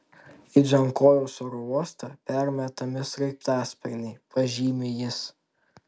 į džankojaus oro uostą permetami sraigtasparniai pažymi jis